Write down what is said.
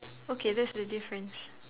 okay that's the difference